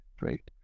Right